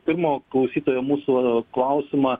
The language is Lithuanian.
pirmo klausytojo mūsų klausimą